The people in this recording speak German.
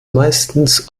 meistens